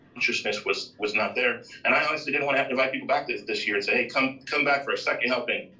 consciousness was was not there, and i honestly didn't invite people back this this year and say, hey, come come back for a second helping,